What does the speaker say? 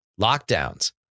lockdowns